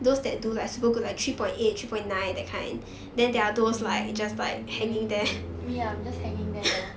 me I'm just hanging there